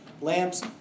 lamps